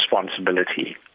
responsibility